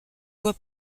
voie